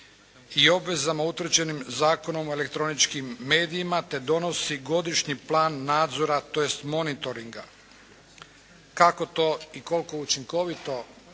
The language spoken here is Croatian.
i obvezama utvrđenim Zakonom o elektroničkim medijima te donosi godišnji plan nadzora tj. monitoringa. Kako to i koliko učinkovito